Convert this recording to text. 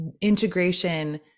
Integration